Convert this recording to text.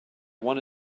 one